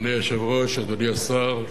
אדוני היושב-ראש, אדוני השר,